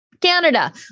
Canada